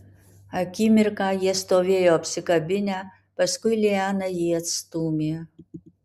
akimirką jie stovėjo apsikabinę paskui liana jį atstūmė